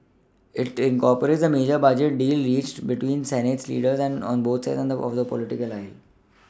it incorporates the major budget deal reached between Senate leaders an on both sides of the political aisle